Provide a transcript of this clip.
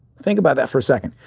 think about that for a second.